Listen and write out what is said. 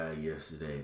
yesterday